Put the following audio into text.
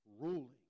ruling